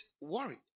worried